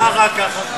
למה, מה רע ככה?